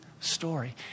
story